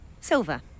Silver